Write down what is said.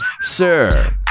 Sir